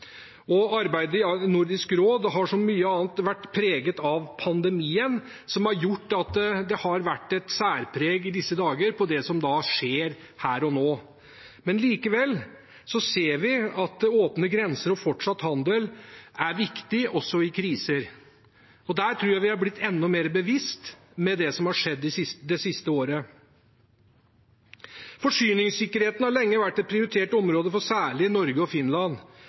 Arbeidet i Nordisk råd har – som mye annet – vært preget av pandemien, som har gjort at det som har særpreget samarbeidet i disse dager, er det som skjer her og nå. Likevel ser vi at åpne grenser og fortsatt handel er viktig også i kriser. Der tror jeg vi har blitt enda mer bevisst med det som har skjedd det siste året. Forsyningssikkerheten har lenge vært et prioritert område for særlig Norge og Finland.